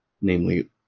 namely